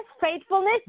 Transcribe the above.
faithfulness